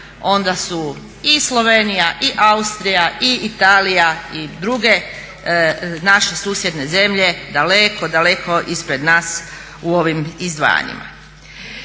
onda su i Slovenija i Austrija i Italija i druge naše susjedne zemlje daleko, daleko ispred nas u ovim izdvajanjima.